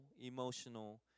emotional